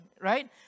right